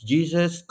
Jesus